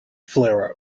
flare